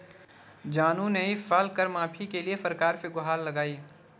जानू ने इस साल कर माफी के लिए सरकार से गुहार लगाई